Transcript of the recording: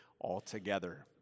altogether